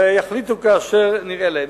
ויחליטו כאשר נראה להם.